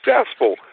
successful